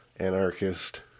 Anarchist